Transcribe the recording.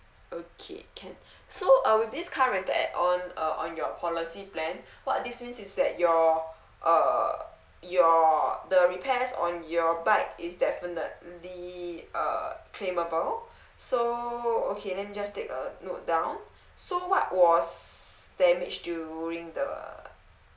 okay can so uh with this car rental add on uh on your policy plan what this means is that your uh your the repairs on your bike is definitely uh claimable so okay let me just take a note down so what was damage during the